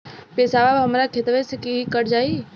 पेसावा हमरा खतवे से ही कट जाई?